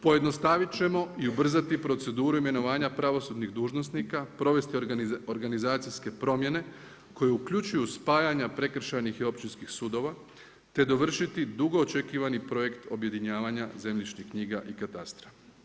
Pojednostaviti ćemo i ubrzati proceduru imenovanja pravosudnih dužnosnika, provesti organizacijske promjene koje uključuju spajanja prekršajnih i općinskih sudova te dovršiti dugo očekivani projekt objedinjavanja zemljišnih knjiga i katastra.